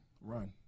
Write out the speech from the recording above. Run